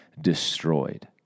destroyed